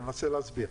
אני מנסה להסביר.